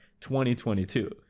2022